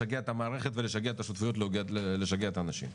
לשגע את המערכת ולשגע את השותפויות ולשגע את האנשים.